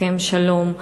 הסכם שלום,